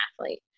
athlete